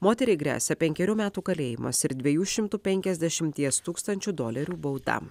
moteriai gresia penkerių metų kalėjimas ir dviejų šimtų penkiasdešimties tūkstančių dolerių bauda